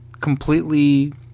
completely